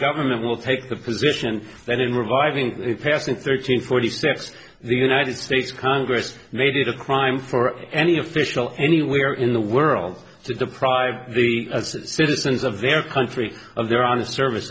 government will take the position that in reviving it passed in thirteen forty six the united states congress made it a crime for any official anywhere in the world to deprive the citizens of their country of their honest service